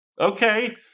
Okay